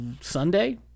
Sunday